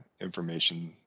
information